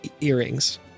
earrings